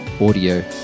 audio